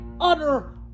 utter